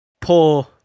poor